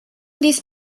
these